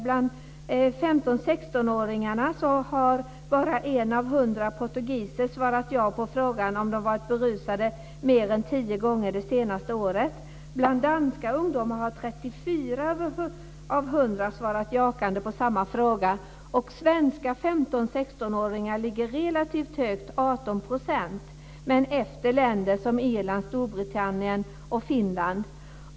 Bland 15 och 16-åringarna har bara 1 av 100 portugiser svarat ja på frågan om de varit berusat mer än tio gånger det senaste året. Bland danska ungdomar har 34 av 100 svarat jakande på samma fråga. Bland svenska 15 och 16-åringar ligger siffran relativt högt, 18 %, men vi ligger efter länder som Irland, Storbritannien och Finland.